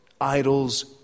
Idols